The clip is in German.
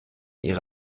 ihre